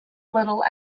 little